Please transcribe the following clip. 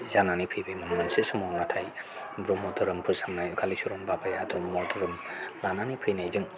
जानानै फैबायमोन मोनसे समाव नाथाय ब्रह्म धोरोम फोसाबनाय कालिचरन बाबाया ब्रह्म धोरोम लानानै फैनायजों